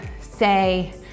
say